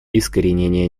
искоренение